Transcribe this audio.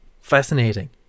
fascinating